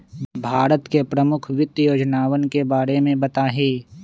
भारत के प्रमुख वित्त योजनावन के बारे में बताहीं